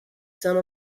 some